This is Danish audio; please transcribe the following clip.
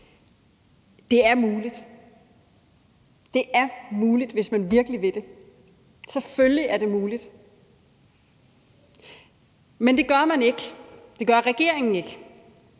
Men ved I hvad? Det er muligt, hvis man virkelig vil det. Selvfølgelig er det muligt. Men det gør man ikke; det gør regeringen ikke.